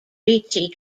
ricci